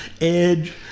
edge